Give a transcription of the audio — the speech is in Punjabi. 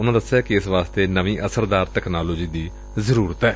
ਉਨ੍ਪਾਂ ਕਿਹਾ ਕਿ ਇਸ ਵਾਸਤੇ ਨਵੀਂ ਅਸਰਦਾਰ ਤਕਨਾਲੋਜੀ ਦੀ ਜ਼ਰੂਰਤ ਏ